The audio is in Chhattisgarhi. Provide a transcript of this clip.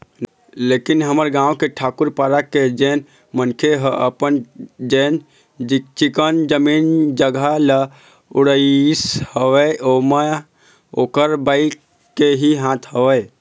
लेकिन हमर गाँव के ठाकूर पारा के जेन मनखे ह अपन जेन चिक्कन जमीन जघा ल उड़ाइस हवय ओमा ओखर बाई के ही हाथ हवय